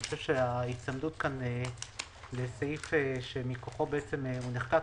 אני חושב שההיצמדות פה לסעיף שמכוחו נחקק,